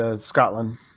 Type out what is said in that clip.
Scotland